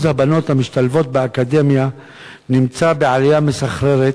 הבנות המשתלבות באקדמיה נמצא בעלייה מסחררת,